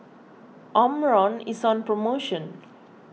Omron is on promotion